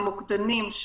המוקדנים,